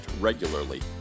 regularly